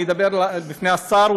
אני אדבר בפני השר.